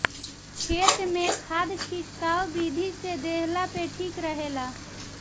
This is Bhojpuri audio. खेत में खाद खिटकाव विधि से देहला पे ठीक रहेला